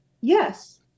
yes